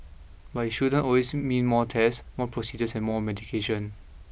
but it shouldn't always mean more tests more procedures and more medication